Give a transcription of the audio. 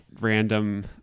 random